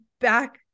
back